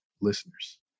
listeners